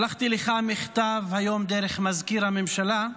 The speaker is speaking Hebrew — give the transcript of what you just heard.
שלחתי לך מכתב היום דרך מזכיר הממשלה.